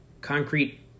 concrete